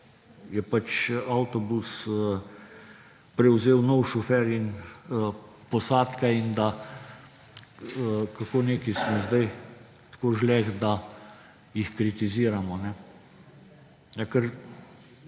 je pač avtobus prevzel nov šofer posadke in kako smo sedaj tako žleht, da jih kritiziramo,